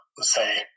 say